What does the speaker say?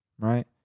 right